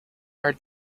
are